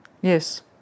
Yes